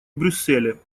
брюсселе